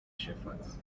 shepherds